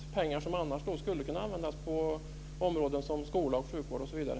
Det är pengar som annars skulle kunna användas på områden som skola, sjukvård osv.